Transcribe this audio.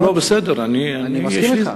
אני מסכים אתך.